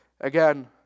again